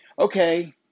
okay